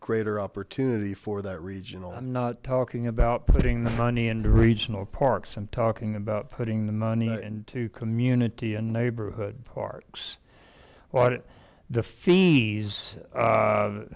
greater opportunity for that regional i'm not talking about putting money into regional parks and talking about putting the money into community and neighborhood parts what the fees